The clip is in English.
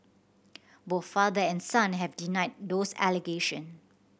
both father and son have denied those allegation